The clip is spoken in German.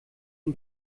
ihn